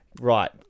Right